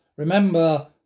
Remember